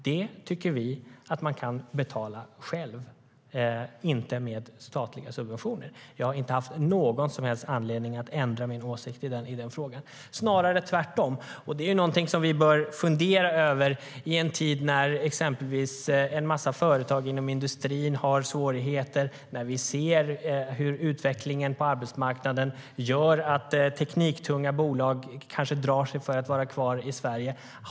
Det tycker vi att de kan betala själva och inte ska få statliga subventioner för. Jag har inte haft någon som helst anledning att ändra min åsikt i den frågan, snarare tvärtom. Det är någonting som vi bör fundera över i en tid när exempelvis en massa företag inom industrin har svårigheter och när vi ser hur utvecklingen på arbetsmarknaden gör att tekniktunga bolag kanske drar sig för att vara kvar i Sverige.